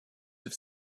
have